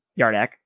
Yardak